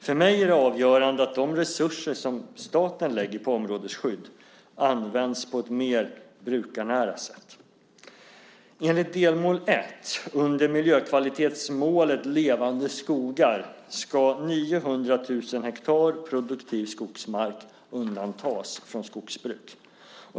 För mig är det avgörande att de resurser som staten lägger på områdesskydd används på ett mer brukarnära sätt. Enligt delmål 1 under miljökvalitetsmålet Levande skogar ska 900 000 hektar produktiv skogsmark undantas från skogsbruk.